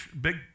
big